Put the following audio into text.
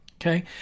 okay